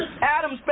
Adam's